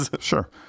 Sure